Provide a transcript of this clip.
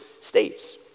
states